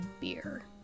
beer